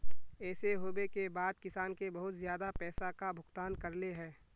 ऐसे होबे के बाद किसान के बहुत ज्यादा पैसा का भुगतान करले है?